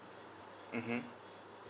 mmhmm